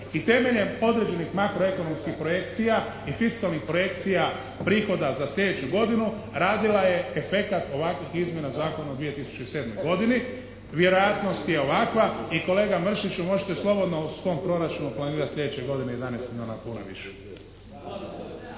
I temeljem određenih makroekonomskih projekcija i fiskalnih projekcija prihoda za sljedeću godinu radila je efekat ovakvih izmjena zakona u 2007. godini. Vjerojatnost je ovakva. I kolega Mršiću možete slobodno u svom proračunu planirati sljedeće godine 11 milijuna kuna više.